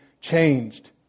changed